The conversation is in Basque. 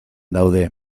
daude